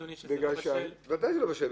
אדוני, שזה לא בשל --- ודאי שזה לא בשל.